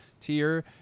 tier